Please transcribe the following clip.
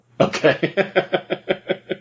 Okay